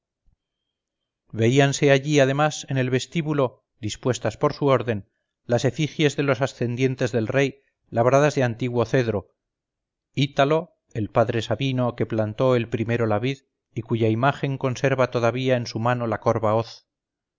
veíanse allí además en el vestíbulo dispuestas por su orden las efigies de los ascendientes del rey labradas de antiguo cedro ítalo el padre sabino que plantó el primero la vid y cuya imagen conserva todavía en su mano la corva hoz